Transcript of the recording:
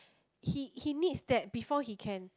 he he needs that before he can